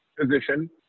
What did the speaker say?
position